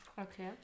Okay